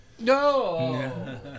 No